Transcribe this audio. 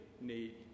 need